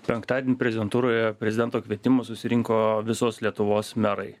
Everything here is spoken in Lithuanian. penktadienį prezidentūroje prezidento kvietimu susirinko visos lietuvos merai